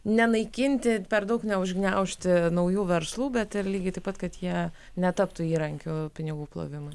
nenaikinti per daug neužgniaužti naujų verslų bet ir lygiai taip pat kad jie netaptų įrankiu pinigų plovimui